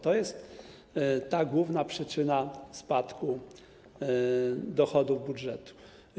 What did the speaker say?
To jest główna przyczyna spadku dochodów budżetu.